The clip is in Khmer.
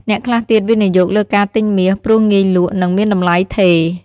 អ្នកខ្លះទៀតវិនិយោគលើការទិញមាស ព្រោះងាយលក់ និងមានតម្លៃថេរ។